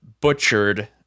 butchered